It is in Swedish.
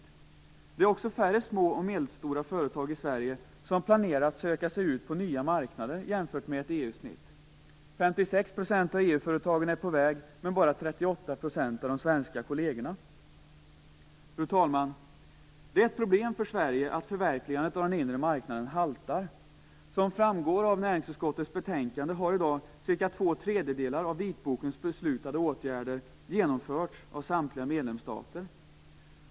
Det är också färre små och medelstora företag i Sverige som planerar att söka sig ut på nya marknader jämfört med ett EU-snitt. 56 % av EU-företagen är på väg, men bara Fru talman! Det är ett problem för Sverige att förverkligandet av den inre marknaden haltar. Som framgår av näringsutskottets betänkande har i dag cirka två tredjedelar av vitbokens beslutade åtgärder genomförts av samtliga medlemsstater.